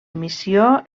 missió